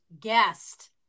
guest